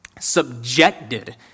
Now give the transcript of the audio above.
Subjected